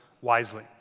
wisely